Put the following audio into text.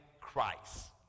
Christ